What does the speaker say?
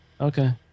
Okay